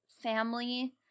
family